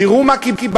תראו מה קיבלנו.